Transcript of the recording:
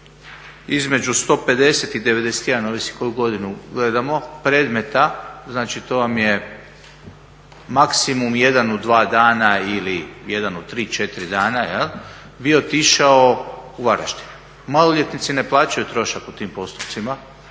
između 150 i 91 ovisi koju godinu gledamo predmeta, znači to vam je maksimum 1 u 2 dana ili 1 u 3, 4 dana bi otišao u Varaždin. Maloljetnici ne plaćaju trošak u tim postupcima,